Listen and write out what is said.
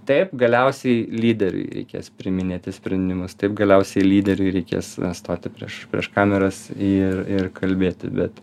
taip galiausiai lyderiui reikės priiminėti sprendimus taip galiausiai lyderiui reikės stoti prieš prieš kameras ir ir kalbėti bet